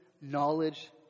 knowledge